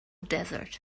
desert